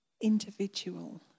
individual